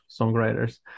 songwriters